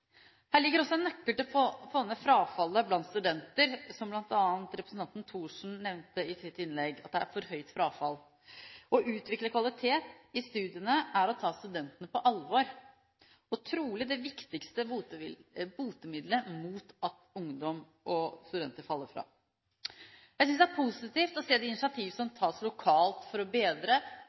Her ligger også en nøkkel til å få ned frafallet blant studenter, og bl.a. representanten Thorsen nevnte i sitt innlegg at det er for høyt frafall. Å utvikle kvalitet i studiene er å ta studentene på alvor og trolig det viktigste botemidlet mot at ungdom og studenter faller fra. Jeg synes det er positivt å se de initiativ som tas lokalt for å